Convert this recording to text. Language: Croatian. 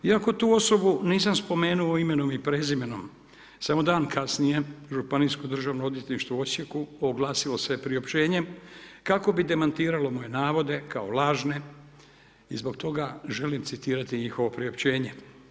Iako tu osobu nisam spomenuo imenom i prezimenom, samo dan kasnije Županijsko državno odvjetništvo u Osijeku oglasilo se priopćenjem kako bi demantiralo moje navode kao lažne i zbog toga želim citirati njihovo priopćenje.